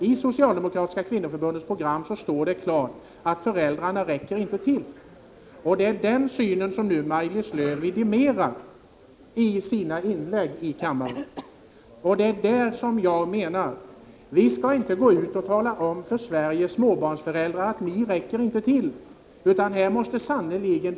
I socialdemokratiska kvinnoförbundets program står det klart att föräldrarna inte räcker till. Det är den synen som Maj-Lis Lööw vidimerar i sina inlägg i diskussionen.